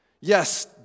Yes